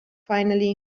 finally